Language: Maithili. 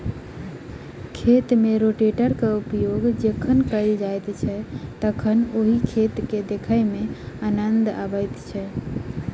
खेत मे रोटेटरक प्रयोग जखन कयल जाइत छै तखन ओहि खेत के देखय मे आनन्द अबैत छै